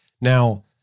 Now